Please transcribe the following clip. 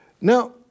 Now